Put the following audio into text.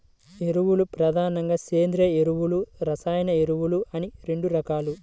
ఎరువులు ప్రధానంగా సేంద్రీయ ఎరువులు, రసాయన ఎరువులు అని రెండు రకాలు